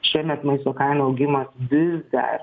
šiemet maisto kainų augimas vis dar